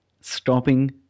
stopping